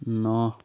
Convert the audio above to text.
ন